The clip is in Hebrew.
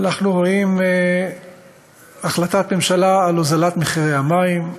אנחנו רואים החלטת ממשלה על הוזלת מחירי המים,